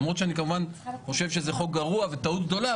למרות שאני כמובן חושב שזה חוק גרוע וטעות גדולה,